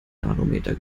nanometer